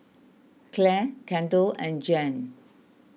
Clare Kendall and Jan